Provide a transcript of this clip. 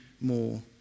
more